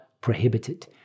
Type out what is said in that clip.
prohibited